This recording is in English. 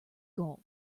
goal